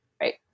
Right